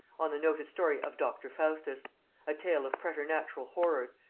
on the noted story of dr. faustus a tale of preternatural horrors,